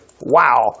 Wow